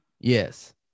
Yes